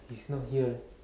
she's not here leh